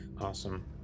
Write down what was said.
awesome